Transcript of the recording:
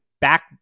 back